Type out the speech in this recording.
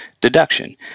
deduction